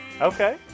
Okay